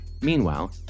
Meanwhile